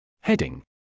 Heading